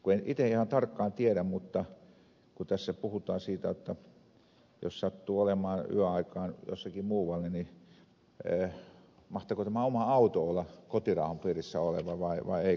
en itse ihan tarkkaan tiedä mutta kun tässä puhutaan siitä jotta jos sattuu olemaan yöaikaan jossakin muualla niin mahtaako oma auto olla kotirauhan piirissä oleva vai ei